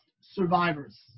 survivors